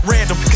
Random